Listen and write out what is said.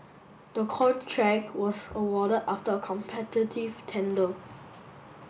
the contract was awarded after a competitive tender